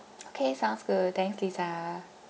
okay sounds good thanks lisa